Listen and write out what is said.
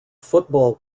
football